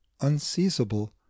unseizable